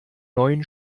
neuen